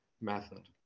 method